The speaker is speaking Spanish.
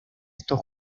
estos